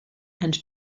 and